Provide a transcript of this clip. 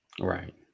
Right